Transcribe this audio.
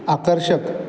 आकर्षक